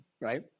right